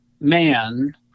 man